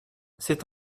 c’est